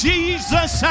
Jesus